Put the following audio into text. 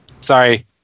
Sorry